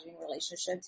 relationships